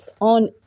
on